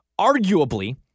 arguably